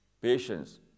patience